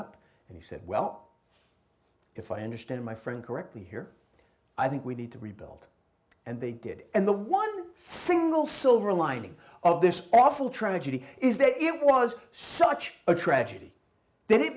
up and he said well if i understand my friend correctly here i think we need to rebuild and they did and the one single silver lining of this awful tragedy is that it was such a tragedy th